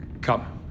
come